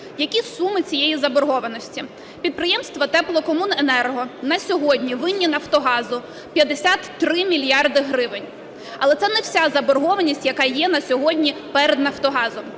Які суми цієї заборгованості? Підприємства теплокомуненерго на сьогодні винні "Нафтогазу" 53 мільярди гривень, але це не вся заборгованість, яка є на сьогодні перед "Нафтогазом".